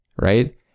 right